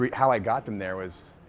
how i got them there was,